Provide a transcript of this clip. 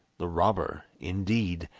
the robber, indeed,